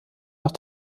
nach